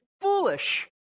foolish